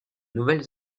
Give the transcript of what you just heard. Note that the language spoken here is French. nouvelle